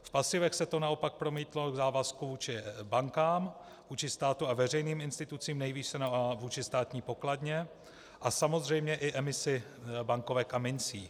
V pasivech se to naopak promítlo v závazku vůči bankám, vůči státu a veřejným institucím, nejvíce vůči státní pokladně a samozřejmě i emisi bankovek a mincí.